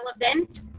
relevant